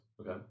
Okay